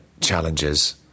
challenges